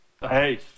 Hey